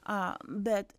a bet